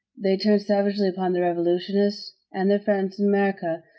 they turned savagely upon the revolutionists and their friends in america,